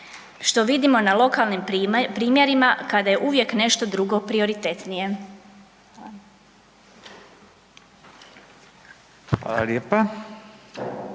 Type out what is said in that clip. što vidimo na lokalnim primjerima kada je uvijek nešto drugo prioritetnije.